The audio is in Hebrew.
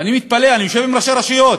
ואני מתפלא, אני יושב עם ראשי רשויות,